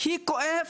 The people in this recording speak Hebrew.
הכי כואב,